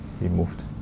removed